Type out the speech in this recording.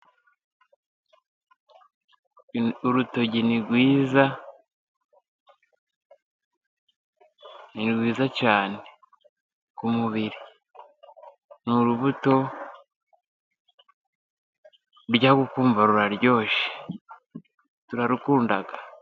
Urutoryi ni rwiza ni rwiza cyane, ku mubiri n'urubuto turya tukumva ruraryoshye turarukunda.